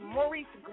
Maurice